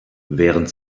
während